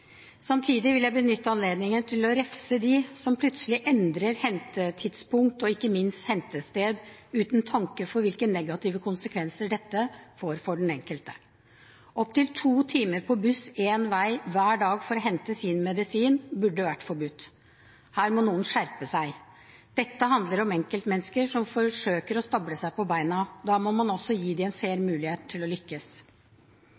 Samtidig vil jeg benytte anledningen til å refse dem som plutselig endrer hentetidspunkt og ikke minst hentested, uten tanke for hvilke negative konsekvenser dette får for den enkelte. Opptil to timer på buss én vei hver dag for å hente sin medisin burde vært forbudt. Her må noen skjerpe seg. Dette handler om enkeltmennesker som forsøker å stable seg på beina, da må man også gi dem en